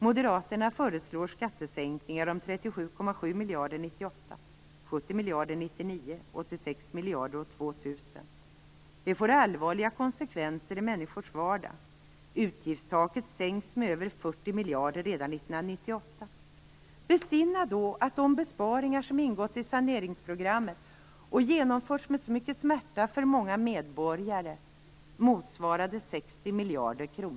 Moderaterna föreslår skattesänkningar om 37,7 miljarder år 1998, 70 miljarder år 1999 och 86 miljarder år 2000. Det får allvarliga konsekvenser i människors vardag. Utgiftstaket sänks med över 40 miljarder redan 1998. Besinna att de besparingar som ingått i saneringsprogrammet och genomförts med så mycket smärta för många medborgare motsvarade 60 miljarder kr.